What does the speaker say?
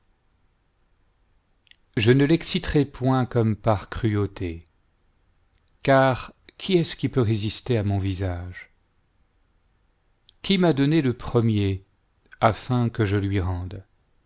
je ne l'exoiteral point comme par iiuauté car qui est-ce qui peut résister à mon visage qui m'a donné le premier afin que je lui rende